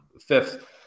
fifth